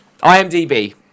IMDb